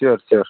sure sure